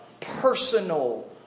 personal